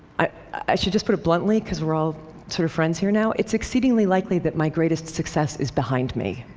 i should just put it bluntly, because we're all sort of friends here now it's exceedingly likely that my greatest success is behind me.